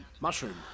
Mushroom